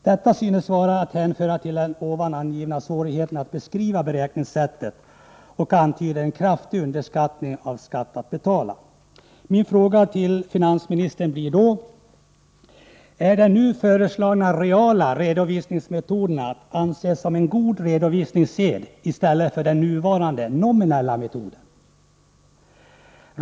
Detta synes vara att hänföra till den nyss anförda svårigheten att beskriva beräkningssättet och antyder en kraftig underskattning av skatt att betala. Min fråga till finansministern blir då: Är de nu föreslagna reala redovisningsmetoderna att anse som god redovisningssed i stället för den nuvarande nominella metoden?